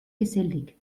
gesellig